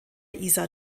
isar